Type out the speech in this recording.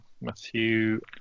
Matthew